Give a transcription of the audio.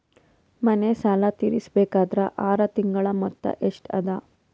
ಮನೆ ಸಾಲ ತೀರಸಬೇಕಾದರ್ ಆರ ತಿಂಗಳ ಮೊತ್ತ ಎಷ್ಟ ಅದ?